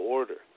Order